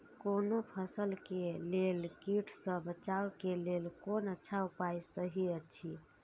कोनो फसल के लेल कीट सँ बचाव के लेल कोन अच्छा उपाय सहि अछि?